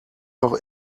noch